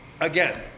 Again